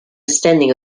standing